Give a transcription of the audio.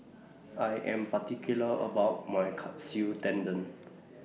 I Am particular about My Katsu Tendon